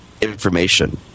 information